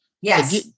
Yes